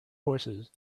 horses